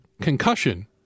concussion